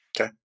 Okay